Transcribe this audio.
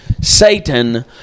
Satan